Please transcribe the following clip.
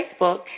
Facebook